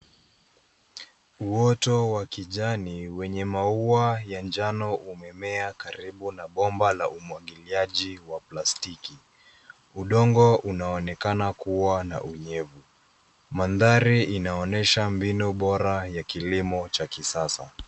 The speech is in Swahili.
Uoto wa kijani wenye maua ya njano umemea karibu na bomba la umuagiliaji wa plastiki . Udongo unaonekana kuwa na unyevu. Maandhari inaonyesha mbinu bora ya kilimo cha kisasa.